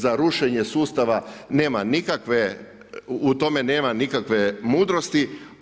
Za rušenje sustava nema nikakve, u tome nema nikakve mudrosti.